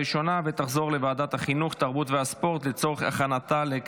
לוועדת החינוך, התרבות והספורט נתקבלה.